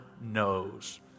knows